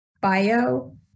bio